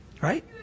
Right